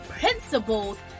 principles